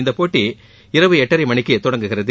இந்த போட்டி இரவு எட்டரை மணிக்கு தொடங்குகிறது